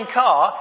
car